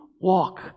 walk